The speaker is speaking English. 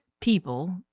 people